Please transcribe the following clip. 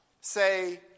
say